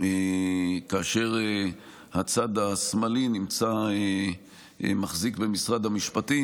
כאשר הצד השמאלי החזיק במשרד המשפטים,